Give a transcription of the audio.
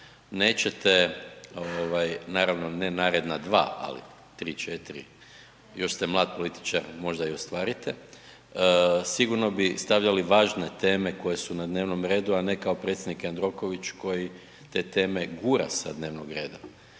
nećete naravno, ne naredna 2, ali 3, 4, još ste mlad političar, možda i ostvarite, sigurno bi stavljali važne teme koje su na dnevnom redu, a ne kao predsjednik Jandroković koji te teme gura sa dnevnog reda.